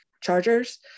chargers